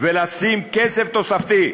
ולשים כסף תוספתי,